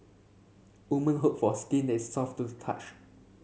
woman hope for skin is soft to touch